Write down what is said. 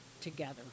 together